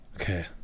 okay